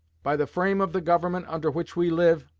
by the frame of the government under which we live,